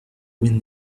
wind